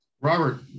Robert